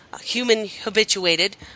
human-habituated